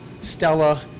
Stella